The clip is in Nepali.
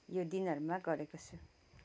यो दिनहरूमा गरेको छु